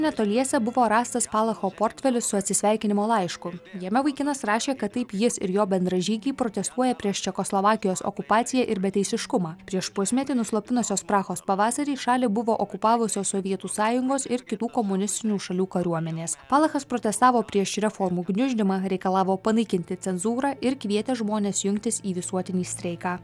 netoliese buvo rastas palacho portfelis su atsisveikinimo laišku jame vaikinas rašė kad taip jis ir jo bendražygiai protestuoja prieš čekoslovakijos okupaciją ir beteisiškumą prieš pusmetį nuslopinusios prahos pavasarį šalį buvo okupavusios sovietų sąjungos ir kitų komunistinių šalių kariuomenės palachas protestavo prieš reformų gniuždymą reikalavo panaikinti cenzūrą ir kvietė žmones jungtis į visuotinį streiką